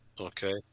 okay